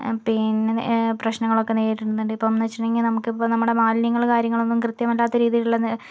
പിന്നെ പ്രശ്നങ്ങളൊക്കെ നേരിടുന്നുണ്ട് ഇപ്പം എന്ന് വച്ചിട്ടുണ്ടെങ്കിൽ നമുക്കിപ്പോൾ നമ്മുടെ മാലിന്യങ്ങള് കാര്യങ്ങളൊന്നും കൃത്യമല്ലാത്ത രീതിയിലുള്ള